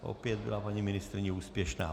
Opět byla paní ministryně úspěšná.